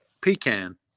pecan